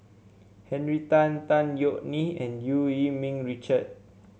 Henry Tan Tan Yeok Nee and Eu Yee Ming Richard